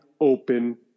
open